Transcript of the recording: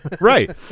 right